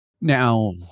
Now